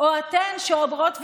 או אתן שאומרות ואומרים: